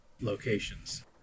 locations